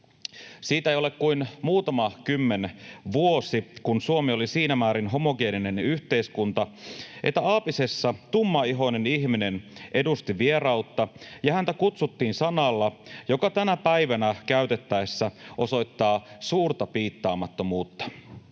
Siitä ei ole kuin muutama kymmenen vuotta, kun Suomi oli siinä määrin homogeeninen yhteiskunta, että aapisessa tummaihoinen ihminen edusti vierautta ja häntä kutsuttiin sanalla, joka tänä päivänä käytettäessä osoittaa suurta piittaamattomuutta.